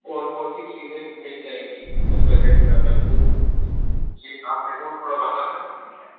कौन कौन सी चीज़ें मिल जाएंगी उस बजट में अपन को ये आप मेरे को थोड़ा बता सकते हैं क्या